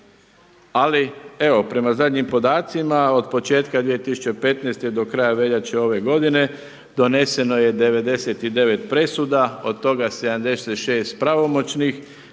Ali evo, prema zadnjim podacima od početka 2015. do kraja veljače ove godine, doneseno je 99 presuda, od toga 76 pravomoćnih,